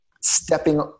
stepping